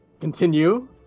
continue